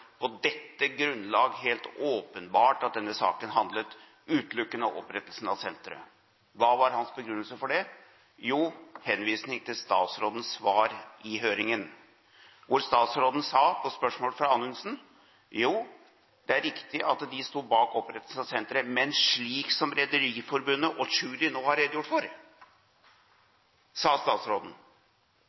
på dette grunnlag var helt åpenbart at denne saken utelukkende handlet om opprettelsen av senteret. Hva var hans begrunnelse for det? Jo, det var en henvisning til statsrådens svar i høringen, hvor statsråden sa, på spørsmål fra Anundsen: Jo, det er riktig at de sto bak opprettelsen av senteret, men på den måten som Rederiforbundet og Tschudi nå har redegjort for.